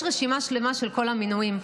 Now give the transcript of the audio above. יש רשימה שלמה של כל המינויים.